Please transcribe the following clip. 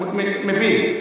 מבין?